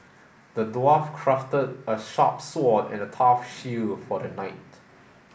the dwarf crafted a sharp sword and a tough shield for the knight